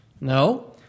No